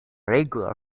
regular